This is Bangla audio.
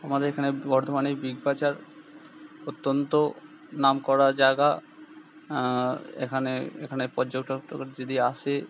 আমাদের এখানে বর্ধমানে বিগ বাজার অত্যন্ত নামকরা জায়গা এখানে এখানে পর্যটক যদি আসে